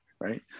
Right